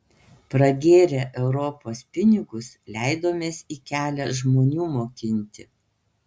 pragėrę europos pinigus leidomės į kelią žmonių mokinti